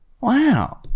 Wow